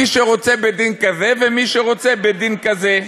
מי שרוצה בית-דין כזה ומי שרוצה בית-דין כזה.